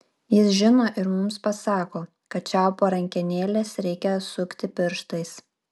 jis žino ir mums pasako kad čiaupo rankenėles reikia sukti pirštais